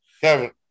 Kevin